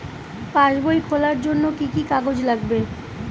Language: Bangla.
পাসবই খোলার জন্য কি কি কাগজ লাগবে?